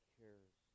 cares